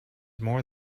more